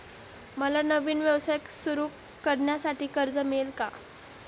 मला नवीन व्यवसाय सुरू करण्यासाठी कर्ज मिळेल का?